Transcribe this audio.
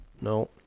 No